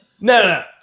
no